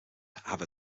have